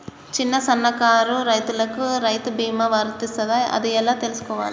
చిన్న సన్నకారు రైతులకు రైతు బీమా వర్తిస్తదా అది ఎలా తెలుసుకోవాలి?